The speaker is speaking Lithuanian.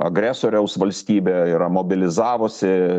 agresoriaus valstybė yra mobilizavusi